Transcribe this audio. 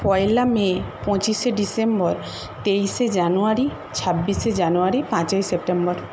পয়লা May পঁচিসে December তেইসে January ছাব্বিসে জানুয়ারি পাঁচই সেপ্টেম্বর